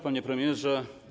Panie Premierze!